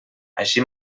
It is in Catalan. així